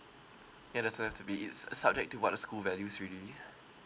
ya that's why have to be it's uh subjective what the school values really